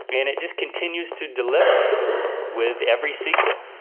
and it just continues to deliver with every sequel.